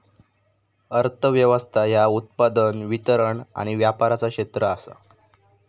अर्थ व्यवस्था ह्या उत्पादन, वितरण आणि व्यापाराचा क्षेत्र आसा